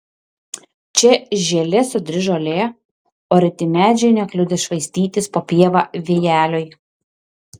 čia žėlė sodri žolė o reti medžiai nekliudė švaistytis po pievą vėjeliui